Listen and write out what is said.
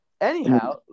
Anyhow